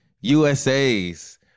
USA's